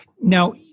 Now